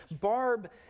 Barb